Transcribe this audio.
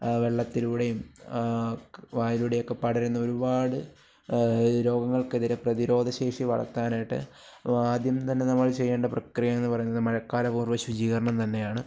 വെള്ളത്തിലൂടെയും വായുവിലൂടെയുമൊക്കെ പടരുന്ന ഒരുപാട് രോഗങ്ങള്ക്കെതിരെ പ്രതിരോധശേഷി വളർത്താനായിട്ട് ആദ്യം തന്നെ നമ്മള് ചെയ്യേണ്ട പ്രക്രിയയെന്ന് പറയുന്നത് മഴക്കാലപൂര്വ്വശുചീകരണം തന്നെയാണ്